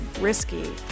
risky